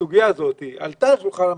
הסוגיה הזאת עלתה על שולחן הממשלה,